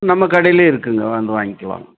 நம்ம கடையிலையே இருக்குதுங்க வந்து வாங்கிக்கலாம்